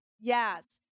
Yes